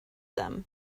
them